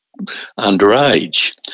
underage